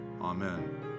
Amen